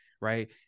right